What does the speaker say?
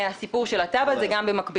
ודבר שלישי הוא התב"ע זה גם במקביל.